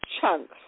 chunks